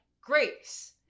grace